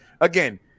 Again